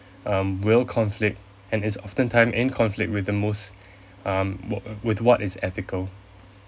um will conflict and is often time in conflict with the most um w~ with what is ethical